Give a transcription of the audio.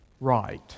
right